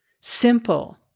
Simple